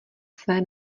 své